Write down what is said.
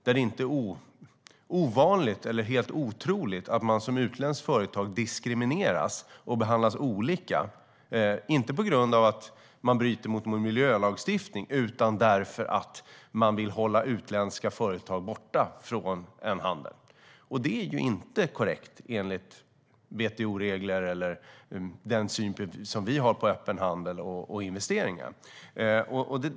Där är det inte helt otroligt att man som utländskt företag diskrimineras och behandlas olika, inte på grund av att man bryter mot någon miljölagstiftning utan därför att man vill hålla utländska företag borta från en handel. Och det är inte korrekt enligt WTO-regler eller i enlighet med den syn som vi har på öppen handel och investeringar.